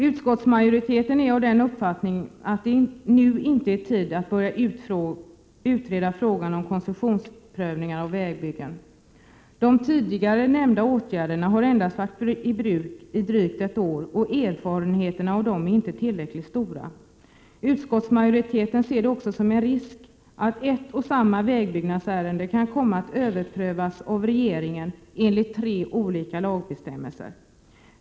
Utskottsmajoritetens uppfattning är att det inte nu är rätt tidpunkt att börja utreda frågan om koncessionsprövningar av vägbyggen. De tidigare nämnda åtgärderna har endast varit i bruk i ett år, och erfarenheterna av dem är inte tillräckligt stora. Utskottsmajoriteten ser det också som en risk att ett och samma vägbyggnadsärende kan komma att överprövas av regeringen enligt tre olika lagbestämmelser.